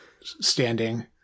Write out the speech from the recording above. standing